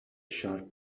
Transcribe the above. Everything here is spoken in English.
sharp